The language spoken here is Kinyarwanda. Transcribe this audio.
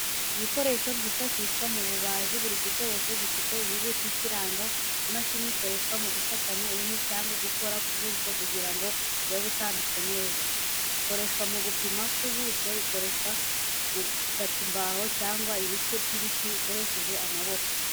Ibikoresho byifashishwa mu bubaji. Buri gikoresho gifite inyuguti ikiranga, imashini ikoreshwa mu gufatanya inkwi cyangwa gukora ku buso kugira ngo bube butambitse neza. Ikoreshwa mu gupima ko ubuso, ikoreshwa mu gukata imbaho cyangwa ibice by'ibiti ukoresheje amaboko.